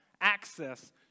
access